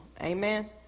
Amen